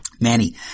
Manny